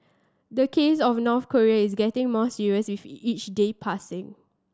the case of North Korea is getting more serious with each day passing